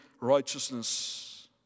righteousness